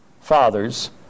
fathers